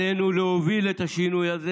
עלינו להוביל את השינוי הזה.